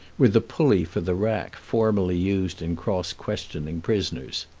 with the pulley for the rack formerly used in cross-questioning prisoners.